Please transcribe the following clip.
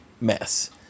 mess